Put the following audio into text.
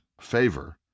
favor